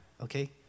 okay